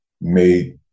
made